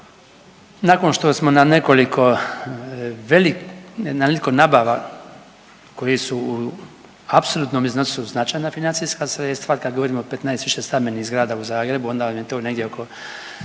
nakon što smo na nekoliko … nabava koji su u apsolutnom iznosu značajna financijska sredstva kad govorimo o 15 višestambenih zgrada u Zagrebu onda vam je to negdje oko